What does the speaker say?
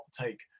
take